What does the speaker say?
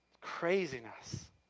Craziness